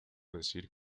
decir